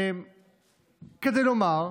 כדי לומר,